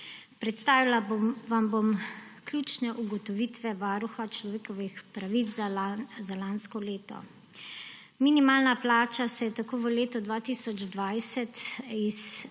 Predstavila vam bom ključne ugotovitve Varuha človekovih pravic za lansko leto. Minimalna plača se je v letu 2020 z